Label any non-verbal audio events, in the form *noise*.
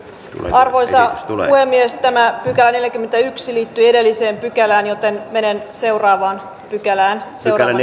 arvoisa puhemies tämä neljäskymmenesensimmäinen pykälä liittyi edelliseen pykälään joten menen seuraavaan pykälään seuraavaan *unintelligible*